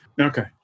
Okay